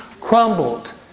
crumbled